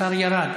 השר ירד.